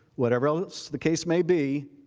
whatever else the case may be,